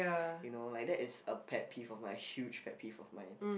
you know like that is a pet peeve of mine huge pet peeve of mine